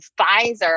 Pfizer